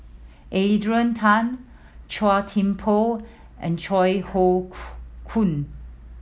Adrian Tan Chua Thian Poh and Yeo Hoe Koon